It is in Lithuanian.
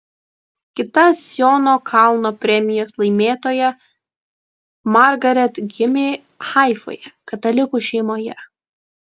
kita siono kalno premijos laimėtoja margaret gimė haifoje katalikų šeimoje